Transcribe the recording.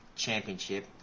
championship